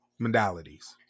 modalities